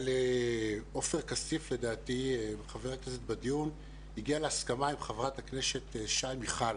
חבר הכנסת עופר כסיף לדעתי בדיון הגיע להסכמה עם חברת הכנסת מיכל